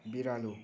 बिरालो